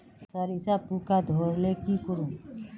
सरिसा पूका धोर ले की करूम?